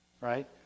right